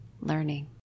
learning